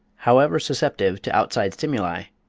however susceptive to outside stimuli,